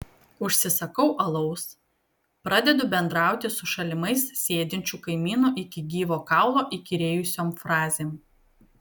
užsisakau alaus pradedu bendrauti su šalimais sėdinčiu kaimynu iki gyvo kaulo įkyrėjusiom frazėm